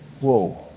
Whoa